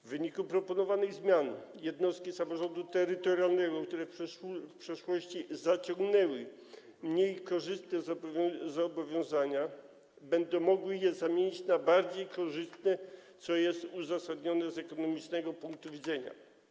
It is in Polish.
W wyniku proponowanych zmian jednostki samorządu terytorialnego, które w przeszłości zaciągnęły mniej korzystne zobowiązania, będą mogły je zamienić na bardziej korzystne, co jest uzasadnione z ekonomicznego punktu widzenia.